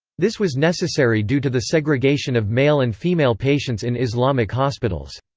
this was necessary due to the segregation of male and female patients in islamic hospitals.